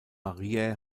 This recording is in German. mariä